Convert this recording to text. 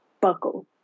Buckle